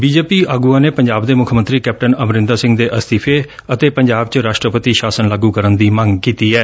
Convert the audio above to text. BJP ਆਗੁਆਂ ਨੇ ਪੰਜਾਬ ਦੇ ਮੁੱਖ ਮੰਤਰੀ ਕੈਪਟਨ ਅਮਰਿੰਦਰ ਸਿੰਘ ਦੇ ਅਸਤੀਫ਼ੇ ਅਤੇ ਪੰਜਾਬ ਚ ਰਾਸਟਰਪਤੀ ਸ਼ਾਸਨ ਲਾਗੁ ਕਰਨ ਦੀ ਮੰਗ ਕੀਤੀ ਐ